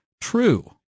true